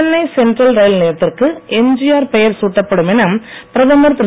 Chennai central ரயில் நிலையத்திற்கு எம்ஜிஆர் பெயர் சூட்டப்படும் என பிரதமர் திரு